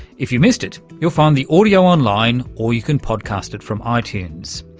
if you missed it, you'll find the audio online or you can podcast it from ah itunes.